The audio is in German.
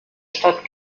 stadt